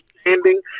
standing